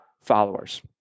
followers